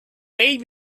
may